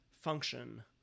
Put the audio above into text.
function